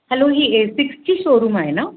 hello ही A सिक्सची showroom आहे ना